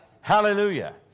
Hallelujah